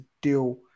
deal